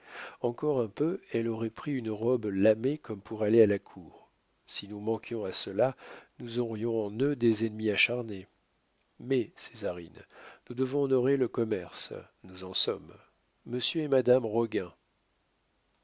encore un peu elle aurait pris une robe lamée comme pour aller à la cour si nous manquions à cela nous aurions en eux des ennemis acharnés mets césarine nous devons honorer le commerce nous en sommes monsieur et madame roguin